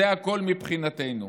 זה הכול מבחינתנו.